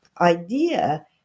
idea